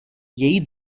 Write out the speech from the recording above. její